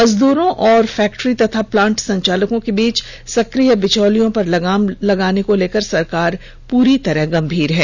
मजदूरों और फैक्ट्री तथा प्लांट संचालकों के बीच सक्रिय बिचौलियों पर लगाम कसने को लेकर सरकार पूरी तरह से गंभीर है